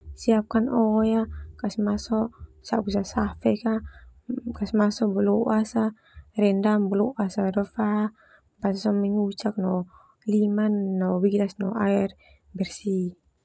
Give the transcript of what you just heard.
Siapkan oe ah, kasi masuk sabu sasafek ka, kasih masuk boloas ah, rendam boloas ah do fa basa so mengucak no liman no bilas no air bersih.